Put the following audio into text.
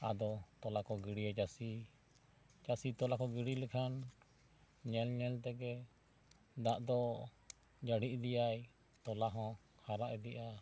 ᱟᱫᱚ ᱛᱚᱞᱟ ᱠᱚ ᱜᱤᱰᱤᱭᱟ ᱪᱟᱹᱥᱤ ᱪᱟᱹᱥᱤ ᱛᱚᱞᱟ ᱠᱚ ᱜᱤᱰᱤ ᱞᱮᱠᱷᱟᱱ ᱧᱮᱞ ᱧᱮᱞ ᱛᱮᱜᱮ ᱫᱟᱜ ᱫᱚ ᱡᱟᱹᱲᱤ ᱤᱫᱤᱭᱟᱭ ᱛᱚᱞᱟ ᱦᱚᱸ ᱦᱟᱨᱟᱜ ᱤᱫᱤᱜᱼᱟ